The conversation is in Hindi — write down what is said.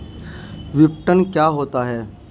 विपणन क्या होता है?